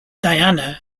diana